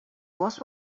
was